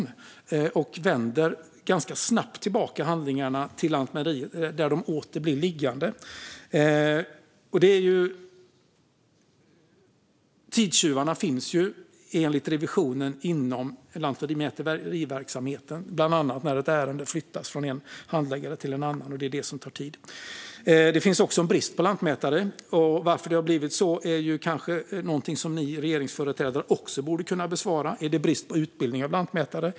Därmed kommer handlingarna ganska snabbt tillbaka till Lantmäteriet, där de åter blir liggande. Tidstjuvarna finns enligt Riksrevisionen inom lantmäteriverksamheten, bland annat när ett ärende flyttas från en handläggare till en annan, och det är det som tar tid. Det är också brist på lantmätare. Varför det har blivit så kanske ni regeringsföreträdare kan förklara. Är det brist på utbildning till lantmätare?